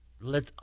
let